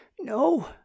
No